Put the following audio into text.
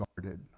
guarded